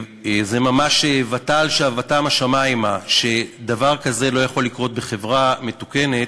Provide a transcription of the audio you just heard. זה ממש "ותעל שוועתם השמימה" דבר כזה לא יכול לקרות בחברה מתוקנת.